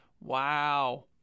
Wow